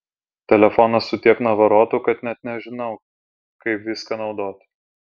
telefonas su tiek navarotų kad net nežinau kaip viską naudot